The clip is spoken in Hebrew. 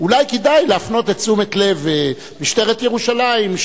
אולי כדאי להפנות את תשומת לב משטרת ירושלים,